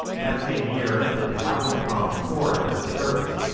that same year the, de havilland comet four entered service.